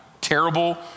terrible